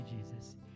Jesus